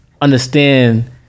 understand